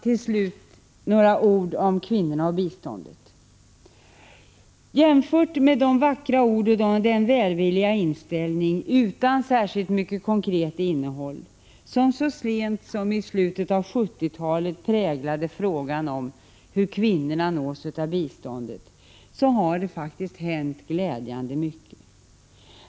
Till slut några ord om kvinnorna och biståndet. Jämfört med de vackra ord och den välvilliga inställning utan särskilt mycket konkret innehåll som så sent som i slutet av 1970-talet präglade frågan om hur kvinnorna nås av biståndet har det faktiskt hänt glädjande mycket.